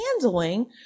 handling